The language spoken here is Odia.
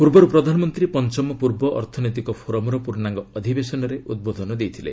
ପୂର୍ବରୁ ପ୍ରଧାନମନ୍ତ୍ରୀ ପଞ୍ଚମ ପୂର୍ବ ଅର୍ଥନୈତିକ ଫୋରମ୍ର ପୂର୍ଣ୍ଣାଙ୍ଗ ଅଧିବେଶନରେ ଉଦ୍ବୋଧନ ଦେଇଥିଲେ